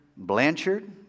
Blanchard